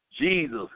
Jesus